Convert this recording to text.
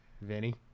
Vinny